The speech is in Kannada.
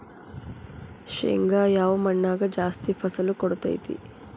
ಶೇಂಗಾ ಯಾವ ಮಣ್ಣಾಗ ಜಾಸ್ತಿ ಫಸಲು ಕೊಡುತೈತಿ?